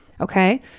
Okay